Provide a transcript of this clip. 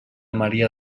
maria